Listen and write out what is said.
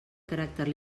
caràcter